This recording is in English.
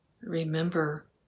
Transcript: remember